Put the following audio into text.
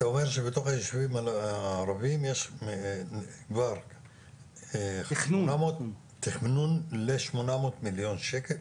אומר שבתוך היישובים הערבים יש כבר תכנון ותקצוב ל-800 מיליון שקל?